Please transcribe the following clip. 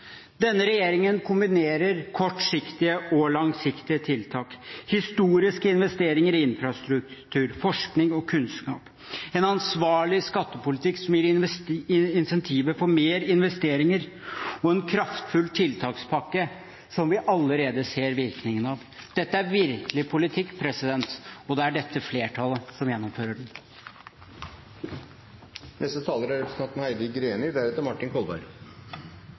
denne talerstolen. Denne regjeringen kombinerer kortsiktige og langsiktige tiltak: historiske investeringer i infrastruktur, forskning og kunnskap, en ansvarlig skattepolitikk, som gir incentiver for mer investeringer, og en kraftfull tiltakspakke, som vi allerede ser virkningen av. Dette er virkelig politikk, og det er dette flertallet som gjennomfører den. Det er